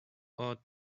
ought